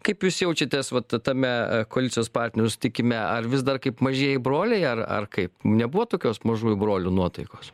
kaip jūs jaučiatės vat ta tame koalicijos partnerių susitikime ar vis dar kaip mažieji broliai ar ar kaip nebuvo tokios mažųjų brolių nuotaikos